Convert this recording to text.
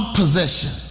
possession